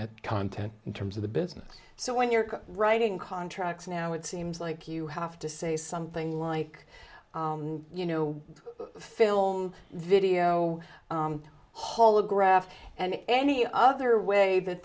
at content in terms of the business so when you're writing contracts now it seems like you have to say something like you know film video holographs and any other way that